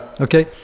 Okay